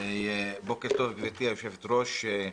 בוקר טוב, גברתי היושבת-ראש,